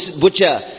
butcher